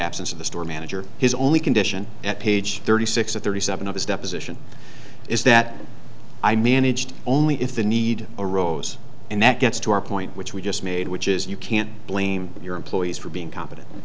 absence of the store manager his only condition at page thirty six or thirty seven of his deposition is that i managed only if the need arose and that gets to our point which we just made which is you can't blame your employees for being competent